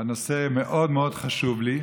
והנושא מאוד מאוד חשוב לי.